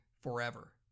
forever